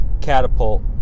catapult